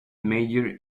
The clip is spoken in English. major